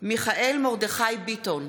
מיכאל מרדכי ביטון,